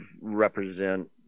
represent